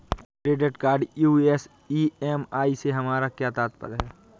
Credit card US EMI से हमारा क्या तात्पर्य है?